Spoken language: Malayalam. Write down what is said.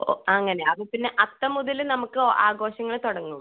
ഓ അങ്ങനെ അപ്പം പിന്നെ അത്തം മുതൽ നമുക്ക് ആഘോഷങ്ങൾ തുടങ്ങും